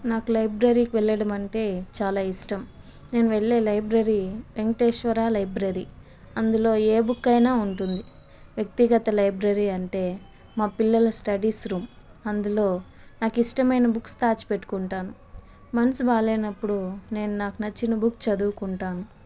నాకు లైబ్రరీకి వెళ్ళడం అంటే చాలా ఇష్టం నేను వెళ్ళే లైబ్రరీ వేంకటేశ్వరా లైబ్రరీ అందులో ఏ బుక్ అయిన ఉంటుంది వ్యక్తి గత లైబ్రరీ అంటే మా పిల్లల స్టడీస్ రూమ్ అందులో నాకు ఇష్టమైన బుక్స్ దాచిపెట్టుకుంటాను మనసు బాలేనప్పుడు నేను నాకు నచ్చిన బుక్ చదువుకుంటాను